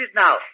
now